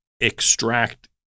extract